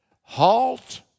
halt